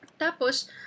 Tapos